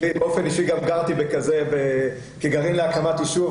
אני באופן אישי גם גרתי בכזה כגרעין להקמת יישוב.